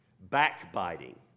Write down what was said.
backbiting